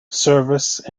service